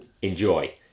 Enjoy